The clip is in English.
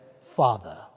father